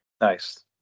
Nice